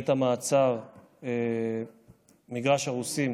בית המעצר מגרש הרוסים